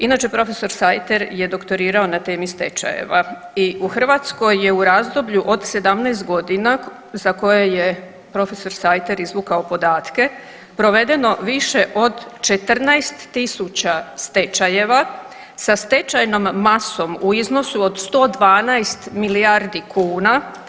Inače prof. Sajter je doktorirao na temi stečajeva i u Hrvatskoj je u razdoblju od 17 godina za koje je profesor Sajter izvukao podatke provedeno više od 14.000 stečajeva sa stečajnom masom u iznosu od 112 milijardi kuna.